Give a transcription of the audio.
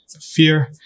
fear